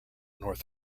north